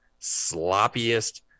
sloppiest